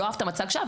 לא אהבת מצג שווא.